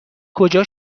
کجا